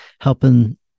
helping